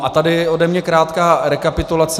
A tady ode mě krátká rekapitulace.